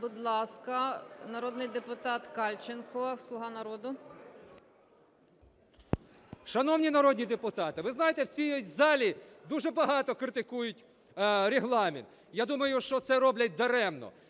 Будь ласка, народний депутат Кальченко, "Слуга народу". 13:15:30 КАЛЬЧЕНКО С.В. Шановні народні депутати! Ви знаєте, в цій залі дуже багато критикують Регламент. Я думаю, що це роблять даремно,